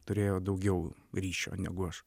turėjo daugiau ryšio negu aš